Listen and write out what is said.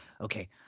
okay